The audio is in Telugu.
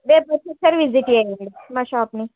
రేపు ఒకసారి విజిట్ చెయ్యండి మీరు మా షాప్ని